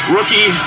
Rookie